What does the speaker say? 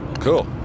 Cool